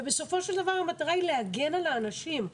ובסופו של דבר המטרה היא להגן על האנשים.